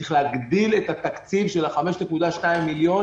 צריך להגדיל את התקציב של ה-5.2 מיליארד